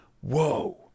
whoa